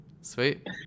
Sweet